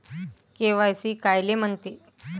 KYC कायले म्हनते?